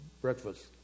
breakfast